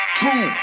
Two